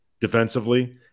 defensively